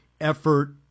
effort